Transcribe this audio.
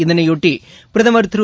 இதையொட்டி பிரதமர் திரு